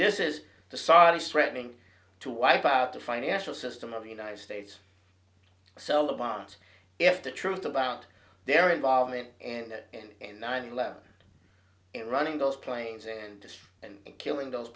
this is the saudis threatening to wipe out the financial system of the united states sell the bond if the truth about their involvement in that and nine eleven in running those planes and and killing those